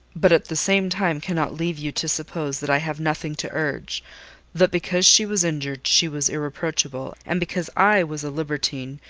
but at the same time cannot leave you to suppose that i have nothing to urge that because she was injured she was irreproachable, and because i was a libertine,